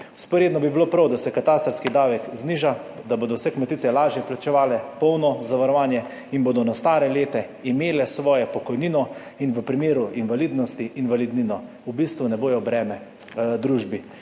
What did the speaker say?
Vzporedno bi bilo prav, da se katastrski davek zniža, da bodo vse kmetice lažje plačevale polno zavarovanje in bodo na stara leta imele svojo pokojnino in v primeru invalidnosti invalidnino, v bistvu ne bodo breme družbi.